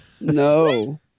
No